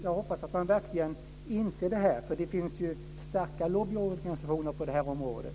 Jag hoppas att man verkligen inser detta. Det finns ju starka lobbyorganisationer på området.